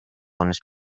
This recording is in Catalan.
unes